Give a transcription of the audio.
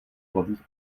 hlavních